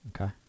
okay